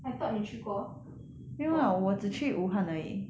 I thought 你去过 for